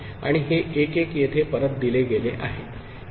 आणि हे 1 1 येथे परत दिले गेले आहे 1